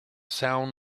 sound